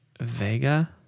Vega